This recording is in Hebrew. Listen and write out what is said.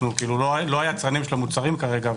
אנחנו לא היצרנים של המוצרים כרגע,